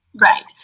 Right